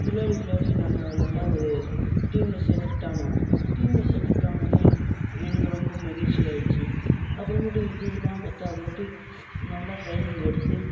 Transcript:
விளாடி விளாடி நாங்கள் நல்லா ஒரு டீம்மில் செலெக்ட் ஆனோம் டீம்மில் செலெக்ட் ஆனோன்னே எனக்கு ரொம்ப மகிழ்ச்சி ஆயிடுச்சு அப்புறமேட்டு இதுவுலாம் பத்தாதுன்ட்டு நல்லா ட்ரைனிங் எடுத்து